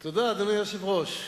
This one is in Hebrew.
תודה, אדוני היושב-ראש.